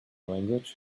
language